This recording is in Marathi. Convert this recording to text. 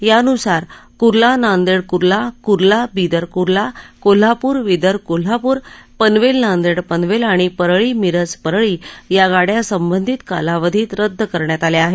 यानुसार कुर्ला नांदेड कुर्ला कुर्ला बीदर कुर्ला कोल्हापूर बीदर कोल्हापूर पनवेल नांदेड पनवेल आणि परळी मिरज परळी या गाड्या संबंधित कालावधीत रद्द करण्यात आल्या आहेत